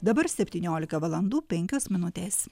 dabar septyniolika valandų penkios minutės